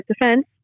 defense